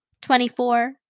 Twenty-four